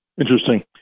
Interesting